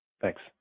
Thanks